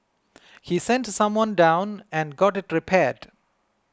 he sent someone down and got it repaired